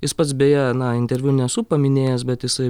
jis pats beje na interviu nesu paminėjęs bet jisai